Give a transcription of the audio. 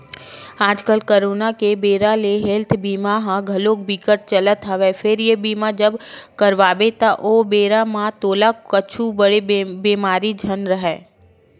आजकल करोना के बेरा ले हेल्थ बीमा ह घलोक बिकट चलत हवय फेर ये बीमा जब करवाबे त ओ बेरा म तोला कुछु बड़े बेमारी झन राहय